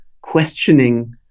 questioning